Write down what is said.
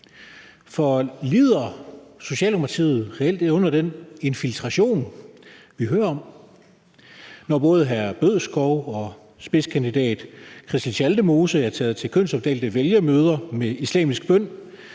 For lider Socialdemokratiet reelt under den infiltration, vi hører om? Når både erhvervsministeren og spidskandidat Christel Schaldemose er taget til kønsopdelte vælgermøder med islamisk bøn,